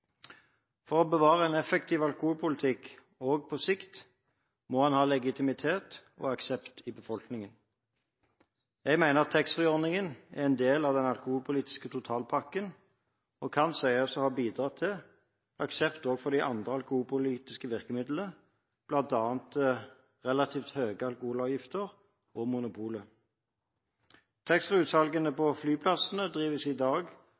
For å bevare en effektiv alkoholpolitikk også på sikt må en ha legitimitet og aksept i befolkningen. Jeg mener at taxfree-ordningen er en del av den alkoholpolitiske totalpakken og kan sies å ha bidratt til aksept overfor de andre alkoholpolitiske virkemidlene, bl.a. relativt høye alkoholavgifter og monopolet. Taxfree-utsalgene på flyplassene drives i dag